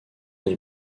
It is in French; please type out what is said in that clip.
les